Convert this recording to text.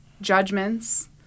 judgments